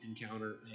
encounter